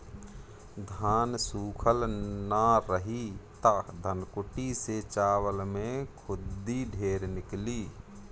धान सूखल ना रही त धनकुट्टी से चावल में खुद्दी ढेर निकली